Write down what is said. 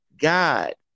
God